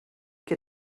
qui